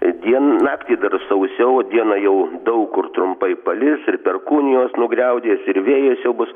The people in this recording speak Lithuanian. dien naktį dar sausiau o dieną jau daug kur trumpai palis ir perkūnijos nugriaudės ir vėjas jau bus